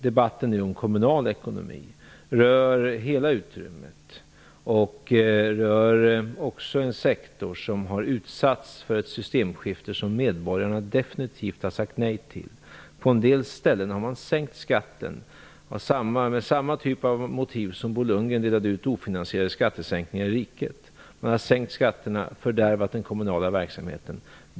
Debatten om kommunal ekonomi rör hela utrymmet och rör också en sektor som har utsatts för ett systemskifte som medborgarna definitivt har sagt nej till. På en del ställen har man sänkt skatten med samma typ av motiv som Bo Lundgren använde då han delade ut ofinansierade skattesänkningar i riket. Man har sänkt skatterna och fördärvat den kommunala verksamheten.